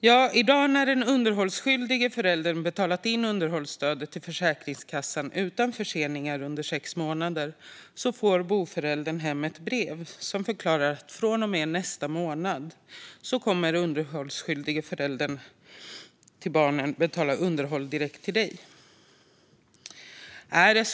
I dag när den underhållsskyldige föräldern har betalat in underhållsstödet till Försäkringskassan utan förseningar under sex månader får boföräldern hem ett brev som förklarar att från och med nästa månad kommer den underhållsskyldige föräldern till barnen att betala underhåll direkt till boföräldern.